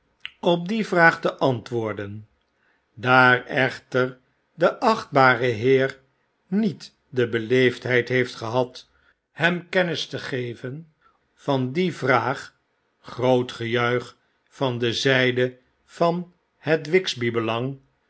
op die vraag te antwoorden daar echter de achtbare heer n i e t de beleefdheid heeft gehad hem kennis te geven van die vraag groot gejuich van de zijde van het